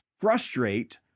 frustrate